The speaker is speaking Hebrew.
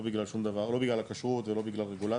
לא בגלל הכשרות ולא בגלל רגולציה.